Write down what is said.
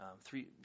Three